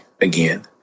again